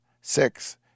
six